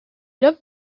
love